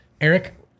Eric